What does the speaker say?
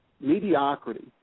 mediocrity